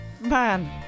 Man